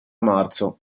marzo